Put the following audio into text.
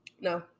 No